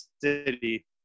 City